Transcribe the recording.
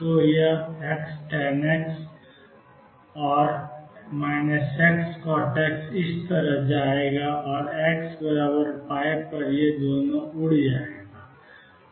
तो यह Xtan X है Xcot X इस तरह जाएगा और Xπ पर उड़ जाएगा